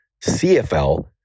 CFL